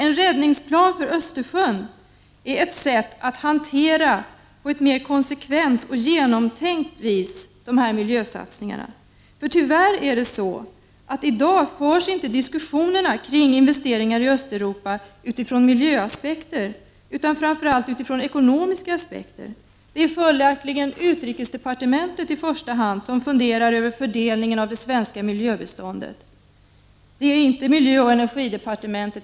En räddningsplan för Östersjön är ett sätt att på ett mer konsekvent och genomtänkt vis hantera de miljösatsningarna. Tyvärr förs i dag inte diskussionerna kring investeringar i Östeuropa med miljöintressena som utgångspunkt utan framför allt med de ekonomiska intressena som utgångspunkt. Det är följaktligen i första hand utrikesdepartementet som funderar över fördelningen av det svenska miljöbiståndet — det är inte miljöoch energidepartementet.